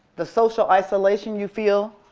the social isolation you feel,